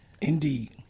indeed